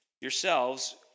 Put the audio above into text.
yourselves